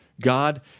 God